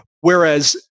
Whereas